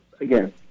Again